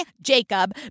Jacob